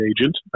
agent